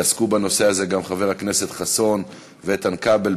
עסקו בנושא הזה גם חברי הכנסת חסון ואיתן כבל,